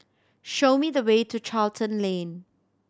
show me the way to Charlton Lane